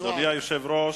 אדוני היושב-ראש,